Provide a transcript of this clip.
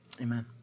Amen